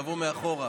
תבוא מאחור.